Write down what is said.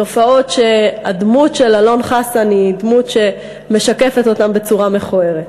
תופעות שהדמות של אלון חסן היא דמות שמשקפת אותן בצורה מכוערת.